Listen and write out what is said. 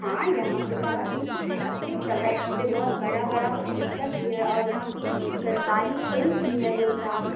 हाँ यहाँ पर बहुत ही अच्छे से चलता है यहाँ पर बहुत बड़ा बड़ा हॉस्पिटल भी है और यहाँ सरकारी केंद्र भी है दौ चार